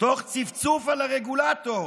תוך צפצוף על הרגולטור